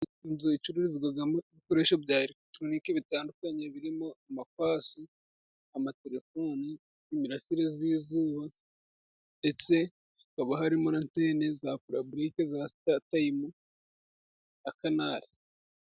Inzu iba icururizwamo ibikoresho bya elegitoronike bitandukanye, birimo amapasi, amatelefoni n'imirasire y'izuba, ndetse hakaba harimo n'antene za paraborike za statayimu na kanari.